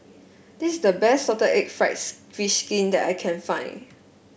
this is the best Salted Egg fried fish skin that I can find